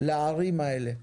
לערים הללו.